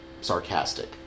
sarcastic